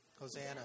Hosanna